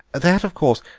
that, of course,